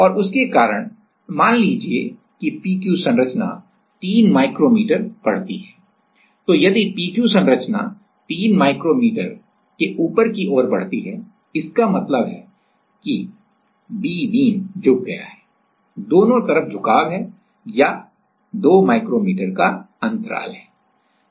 और उसके कारण मान लीजिए कि PQ संरचना 3 माइक्रोमीटर बढ़ती है तो यदि PQ संरचना 3 माइक्रोमीटर के ऊपर की ओर बढ़ती है इसका मतलब है कि B बीम झुक गया है दोनों तरफ झुकाव है या 2 माइक्रोमीटर का अंतराल है